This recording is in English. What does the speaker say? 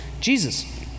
Jesus